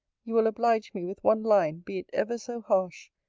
you will oblige me with one line, be it ever so harsh,